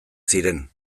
ziren